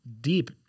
deep